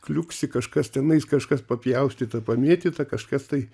kliuksi kažkas tenais kažkas papjaustyta pamėtyta kažkas tai